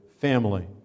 family